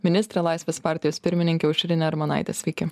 ministrė laisvės partijos pirmininkė aušrinė armonaitė sveiki